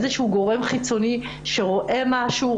של איזה שהוא גורם חיצוני שרואה משהו,